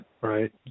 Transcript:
Right